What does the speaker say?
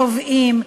תובעים,